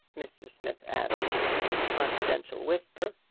mr. smith added, in a confidential whisper.